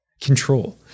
Control